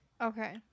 Okay